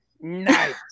nice